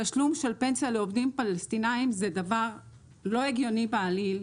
תשלום של פנסיה לעובדים פלסטינאים זה דבר לא הגיוני בעליל.